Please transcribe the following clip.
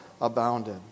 abounded